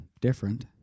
different